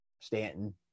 Stanton